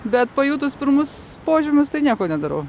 bet pajutus pirmus požymius tai nieko nedarau